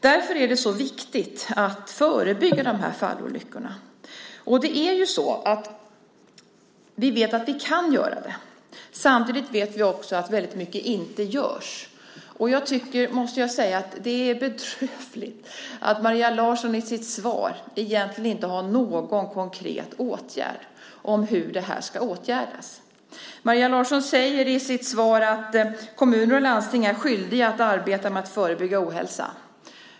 Därför är det så viktigt att förebygga dessa fallolyckor. Vi vet att vi kan göra det. Samtidigt vet vi att väldigt mycket inte görs. Jag måste säga att det är bedrövligt att Maria Larsson i sitt svar egentligen inte har något konkret att föreslå om hur det här ska åtgärdas. Maria Larsson säger i sitt svar att kommuner och landsting är skyldiga att arbeta med att förebygga ohälsa.